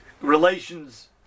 Relations